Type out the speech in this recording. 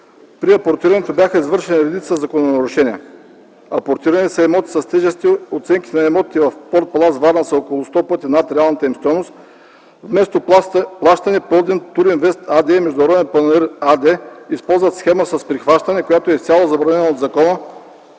При апортирането бяха извършени редица закононарушения. Апортирани са имоти с тежести. Оценките на имотите в „Порт Палас” – Варна са около 100 пъти над реалната им стойност. Вместо плащане „Пълдин туринвест” АД и „Международен панаир” АД използват схема с прихващане, която е изцяло забранена от закона.